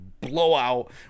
blowout